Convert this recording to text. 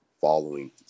following